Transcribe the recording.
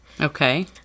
Okay